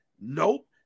Nope